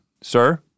Sir